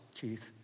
Keith